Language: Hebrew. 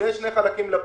יש שני חלקים לפתרון.